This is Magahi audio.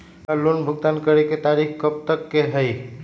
हमार लोन भुगतान करे के तारीख कब तक के हई?